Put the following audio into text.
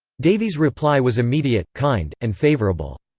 davy's reply was immediate, kind, and favourable.